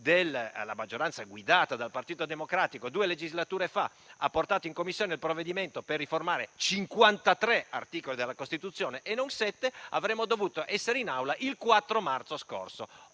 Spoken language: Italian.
la maggioranza guidata dal Partito Democratico che due legislature fa ha portato in Commissione il provvedimento per riformare 53 articoli della Costituzione - e non sette - avremmo dovuto essere in Aula il 4 marzo scorso.